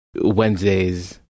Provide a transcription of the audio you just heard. Wednesdays